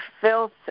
filth